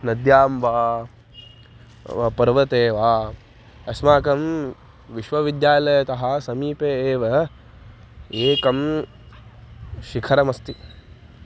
नद्यां वा पर्वते वा अस्माकं विश्वविद्यालयतः समीपे एव एकं शिखरमस्ति